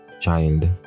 child